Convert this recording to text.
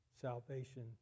salvation